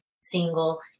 single